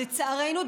לצערנו,